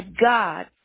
God